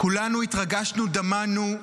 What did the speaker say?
כולנו התרגשנו, דמענו,